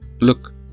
Look